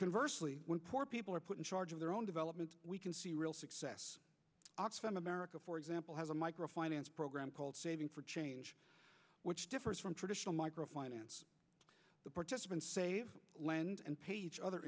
conversed when poor people are put in charge of their own development we can see real success oxfam america for example has a micro finance program called saving for change which differs from traditional micro finance the participants save land and pay each other